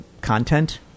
content